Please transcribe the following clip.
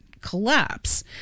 collapse